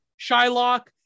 Shylock